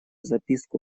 записку